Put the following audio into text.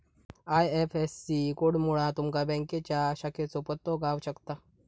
IFSC कोडमुळा तुमका बँकेच्या शाखेचो पत्तो गाव शकता